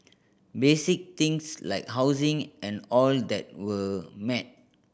basic things like housing and all that were met